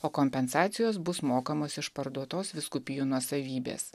o kompensacijos bus mokamos iš parduotos vyskupijų nuosavybės